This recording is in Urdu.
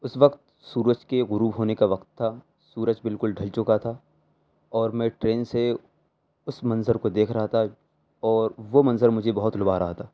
اس وقت سورج کے غروب ہونے کا وقت تھا سورج بالکل ڈھل چکا تھا اور میں ٹرین سے اس منظر کو دیکھ رہا تھا اور وہ منظر مجھے بہت لبھا رہا تھا